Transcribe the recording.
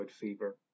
fever